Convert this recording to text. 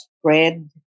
spread